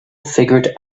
figured